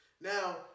Now